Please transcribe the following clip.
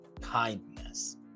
kindness